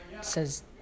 says